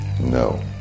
No